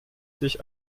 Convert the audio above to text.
sich